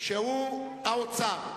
האוצר.